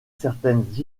certaines